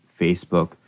Facebook